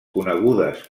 conegudes